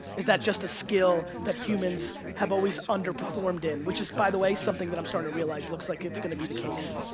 is that just a skill that humans have always underperformed in? which is, by the way, something that i'm starting to realize looks like it's gonna be the case.